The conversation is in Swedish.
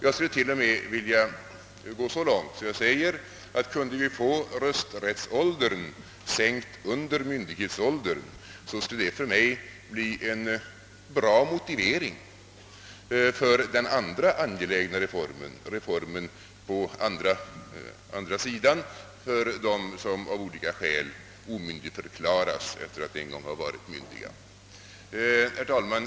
Jag skulle till och med vilja gå så långt att jag säger att kunde vi få rösträttsåldern sänkt under myndighetsåldern så skulle det för mig utgöra en bra motivering för den andra angelägna reformen, reformen »på andra sidan», d. v. s. när det gäller dem som av olika skäl omyndigförklaras efter att tidigare ha varit myndiga. Herr talman!